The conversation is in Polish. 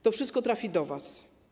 To wszystko trafi do was.